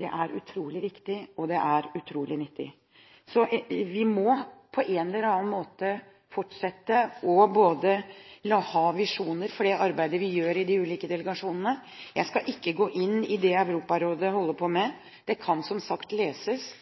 er, er utrolig viktig og utrolig nyttig, så vi må på en eller annen måte fortsette å ha visjoner for det arbeidet vi gjør i de ulike delegasjonene. Jeg skal ikke gå inn i det Europarådet holder på med, det kan som sagt leses.